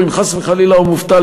או אם חס וחלילה הוא מובטל,